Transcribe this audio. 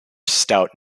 stout